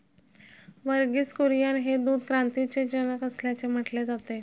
वर्गीस कुरियन हे दूध क्रांतीचे जनक असल्याचे म्हटले जाते